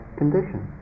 condition